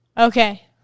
Okay